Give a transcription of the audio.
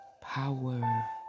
power